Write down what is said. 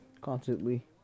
constantly